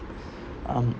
um